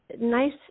nice